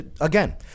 Again